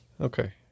Okay